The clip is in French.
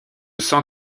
sens